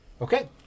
Okay